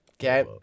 Okay